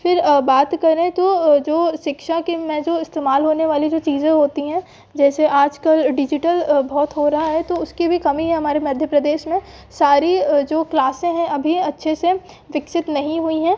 फिर बात करें तो जो सिक्षा की में जो इस्तेमाल होने वाली जो चीज़ें होती हैं जैसे आज कल डिज़िटल बहुत हो रहा है तो उसकी भी कमी है हमारे मध्य प्रदेश में सारी जो क्लासे हैं अभी अच्छे से विकसित नहीं हुई है